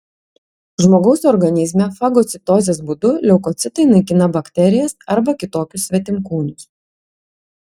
žmogaus organizme fagocitozės būdu leukocitai naikina bakterijas arba kitokius svetimkūnius